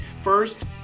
First